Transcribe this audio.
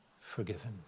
forgiven